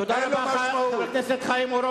ולכן ההסתייגות לא נתקבלה.